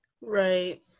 Right